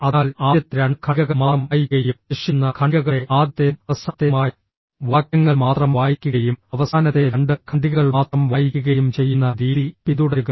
അതിനാൽ ആദ്യത്തെ രണ്ട് ഖണ്ഡികകൾ മാത്രം വായിക്കുകയും ശേഷിക്കുന്ന ഖണ്ഡികകളുടെ ആദ്യത്തേതും അവസാനത്തേതുമായ വാക്യങ്ങൾ മാത്രം വായിക്കുകയും അവസാനത്തെ രണ്ട് ഖണ്ഡികകൾ മാത്രം വായിക്കുകയും ചെയ്യുന്ന രീതി പിന്തുടരുക